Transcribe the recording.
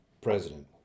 president